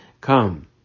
Come